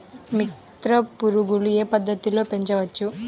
మిత్ర పురుగులు ఏ పద్దతిలో పెంచవచ్చు?